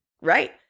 Right